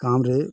କାମ୍ରେ